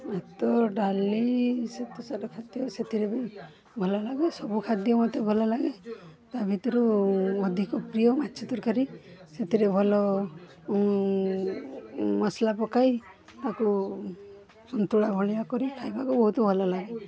ଭାତ ଡାଲି ଶ୍ୱେତସାର ଖାଦ୍ୟ ସେଥିରେ ବି ଭଲ ଲାଗେ ସବୁ ଖାଦ୍ୟ ମୋତେ ଲାଗେ ତା' ଭିତରୁ ଅଧିକ ପ୍ରିୟ ମାଛ ତରକାରୀ ସେଥିରେ ଭଲ ମସଲା ପକାଇ ତାକୁ ସନ୍ତୁଳା ଭଳିଆ କରି ଖାଇବାକୁ ବହୁତ ଭଲ ଲାଗେ